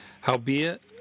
Howbeit